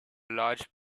large